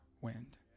wind